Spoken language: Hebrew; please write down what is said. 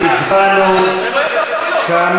כרגע אלקטרונית על